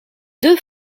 deux